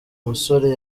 musore